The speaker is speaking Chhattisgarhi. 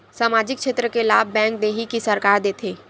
सामाजिक क्षेत्र के लाभ बैंक देही कि सरकार देथे?